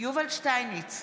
יובל שטייניץ,